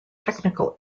technical